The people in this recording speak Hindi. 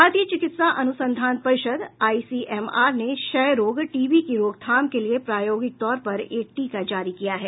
भारतीय चिकित्सा अनुसंधान परिषद आईसीएमआर ने क्षय रोग टीबी की रोकथाम के लिए प्रायौगिक तौर पर एक टीका जारी किया है